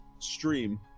stream